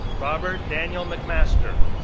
robert daniel mcmaster,